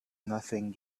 nothing